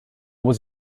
was